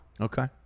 Okay